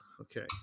okay